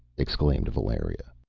exclaimed valeria.